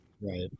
Right